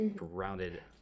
rounded